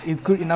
ya